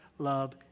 Love